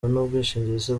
n’ubwishingizi